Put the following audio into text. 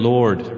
Lord